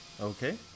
Okay